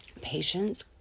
Patience